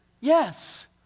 yes